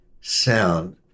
sound